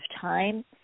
time